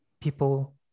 people